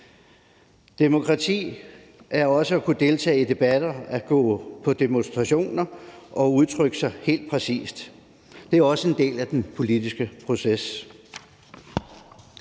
Demokrati er også at kunne deltage i debatter, gå med i demonstrationer og udtrykke sig helt præcist. Det er også en del af den politiske proces.